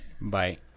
Bye